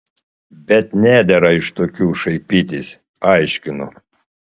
bet nedera iš tokių šaipytis aiškinu